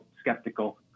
skeptical